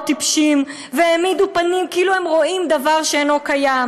טיפשים והעמידו פנים כאילו הם רואים דבר שאינו קיים,